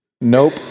Nope